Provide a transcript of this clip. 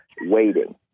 waiting